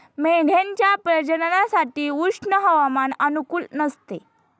मेंढ्यांच्या प्रजननासाठी उष्ण हवामान अनुकूल नसते